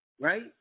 right